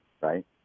Right